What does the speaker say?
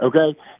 okay